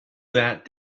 that